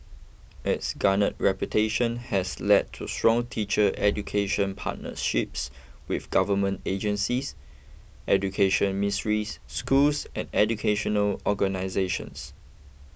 its garnered reputation has led to strong teacher education partnerships with government agencies education ministries schools and educational organisations